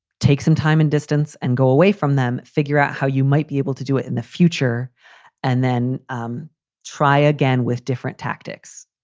take some time and distance and go away from them. figure out how you might be able to do it in the future and then um try again with different tactics.